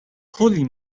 holy